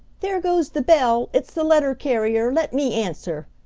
there goes the bell! it's the letter carrier! let me answer!